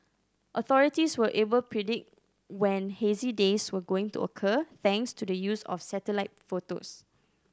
authorities were able predict when hazy days were going to occur thanks to the use of satellite photos